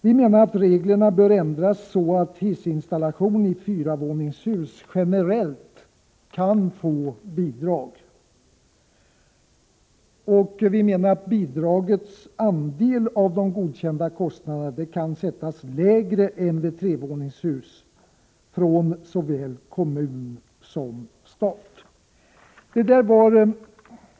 Vi menar att reglerna bör ändras så att bidrag generellt utgår för hissinstallation i fyravåningshus. Vi anser att bidragets andel av de godkända kostnaderna kan sättas lägre än vid trevåningshus. Det gäller bidrag från såväl kommun som stat. Herr talman!